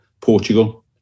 Portugal